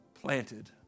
planted